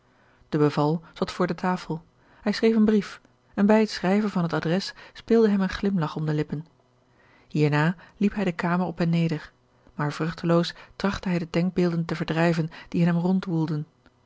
zat voor de tafel hij schreef een brief en bij het schrijven van het adres speelde hem een glimlach om de lippen hierna liep hij de kamer op en neder maar vruchteloos trachtte hij de denkbeelden te verdrijven die in hem